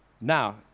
now